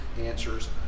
answers